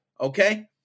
Okay